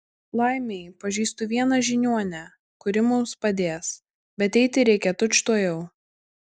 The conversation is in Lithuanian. laimei pažįstu vieną žiniuonę kuri mums padės bet eiti reikia tučtuojau